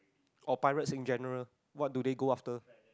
or pirates in general what do they go after